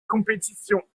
compétition